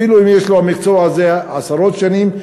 אפילו אם יש לו המקצוע הזה עשרות שנים,